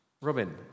Robin